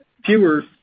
Fewer